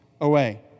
away